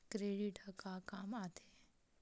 Credit ह का काम आथे?